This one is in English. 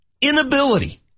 inability